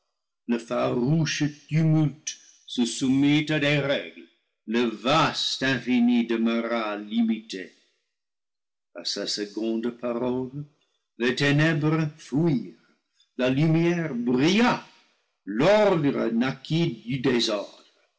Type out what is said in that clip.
se soumit à des règles le vaste infini demeura limité a sa seconde parole les ténèbres fuirent la lumière brilla l'ordre naquit du désordre